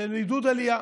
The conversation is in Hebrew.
לעידוד עלייה.